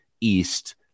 East